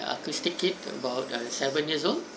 acoustic kid about err seven years old